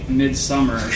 midsummer